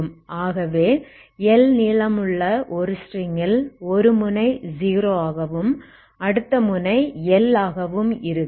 ஆகவே L நீளமுள்ள ஒரு ஸ்ட்ரிங் ல் ஒரு முனை 0 ஆகவும் அடுத்த முனை L ஆகவும் இருக்கு